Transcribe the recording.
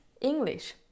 English